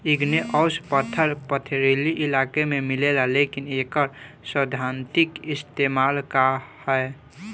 Igneous पत्थर पथरीली इलाका में मिलेला लेकिन एकर सैद्धांतिक इस्तेमाल का ह?